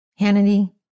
Hannity